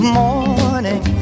morning